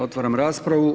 Otvaram raspravu.